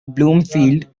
bloomfield